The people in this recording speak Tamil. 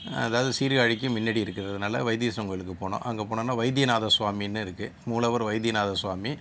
அதாவது சீர்காழிக்கு முன்னாடி இருக்கிறதுனால வைத்தீஸ்வரன் கோவிலுக்குப் போனோம் அங்கே போனோம்னா வைத்தியநாத ஸ்வாமினே இருக்குது மூலவர் வைத்தியநாத ஸ்வாமி